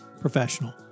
professional